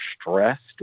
stressed